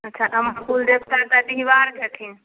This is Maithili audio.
अच्छा तऽ गामक कुलदेवता एतऽ डिहबार छथिन